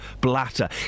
Blatter